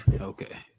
okay